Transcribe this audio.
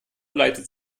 leitet